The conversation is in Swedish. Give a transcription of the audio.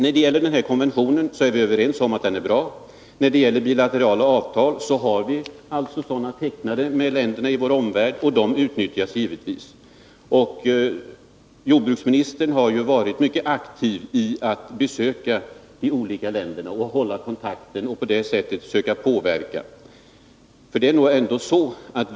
Vi är överens om att konventionen är bra. Vi har bilaterala avtal tecknade med länderna i vår omvärld, och de utnyttjas givetvis. Jordbruksministern har varit mycket aktiv i att besöka de olika länderna och hålla kontakten och försöka påverka utvecklingen.